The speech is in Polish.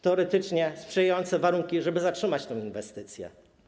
Teoretycznie są sprzyjające warunki, żeby zatrzymać tę inwestycję.